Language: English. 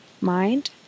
mind